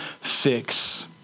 fix